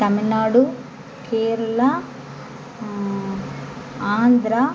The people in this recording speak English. Tamil Nadu Kerala Andhra